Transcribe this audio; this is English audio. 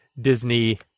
Disney